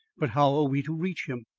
but how are we to reach him!